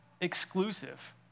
exclusive